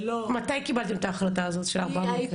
ללא --- מתי קיבלתם את ההחלטה הזאת של ארבעה מבקרים?